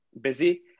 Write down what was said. busy